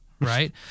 right